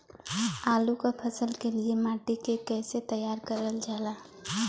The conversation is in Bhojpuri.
आलू क फसल के लिए माटी के कैसे तैयार करल जाला?